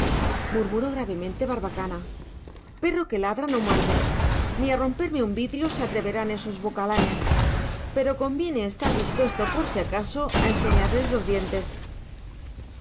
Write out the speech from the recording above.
murmuró gravemente barbacana perro que ladra no muerde ni a romperme un vidrio se atreverán esos bocalanes pero conviene estar dispuesto por si acaso a enseñarles los dientes